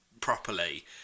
properly